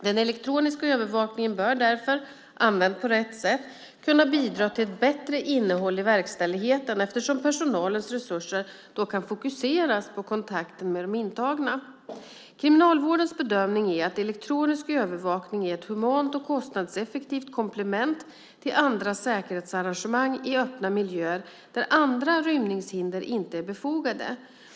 Den elektroniska övervakningen bör därför, använd på rätt sätt, kunna bidra till ett bättre innehåll i verkställigheten eftersom personalens resurser då kan fokuseras på kontakten med de intagna. Kriminalvårdens bedömning är att elektronisk övervakning är ett humant och kostnadseffektivt komplement till andra säkerhetsarrangemang i öppna miljöer där andra rymningshinder inte är befogade.